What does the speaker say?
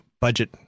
budget